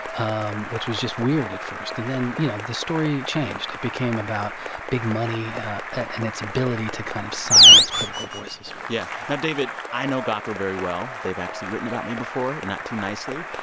um which was just weird at first. and then, you know, the story changed. it became about big money and its ability to kind of silence critical voices yeah. now, david, i know gawker very well. they've actually written about me before not too nicely.